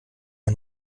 man